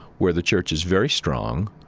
where the church is very strong.